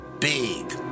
big